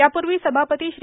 यापूर्वी सभापती श्री